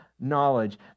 knowledge